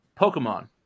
Pokemon